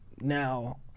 now